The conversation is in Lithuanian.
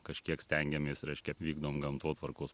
kažkiek stengiamės reiškia vykdom gamtotvarkos